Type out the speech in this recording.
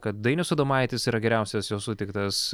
kad dainius adomaitis yra geriausias jo sutiktas